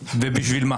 תודה.